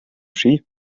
ski